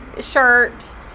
shirt